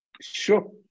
sure